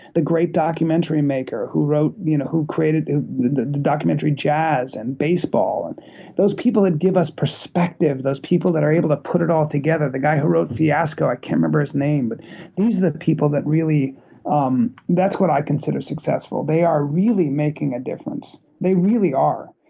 the great documentary maker, who wrote you know who created the the documentary jazz and baseball, and those people that give us perspective, those people that are able to put it all together, the guy who wrote fiasco, i can't remember his name. but these are the people that really um that's what i consider successful. they are really making a difference. they really are.